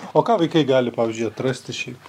o ką vaikai gali pavyzdžiui atrasti šiaip